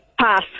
Pass